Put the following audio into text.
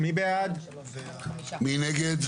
מי נגד?